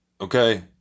Okay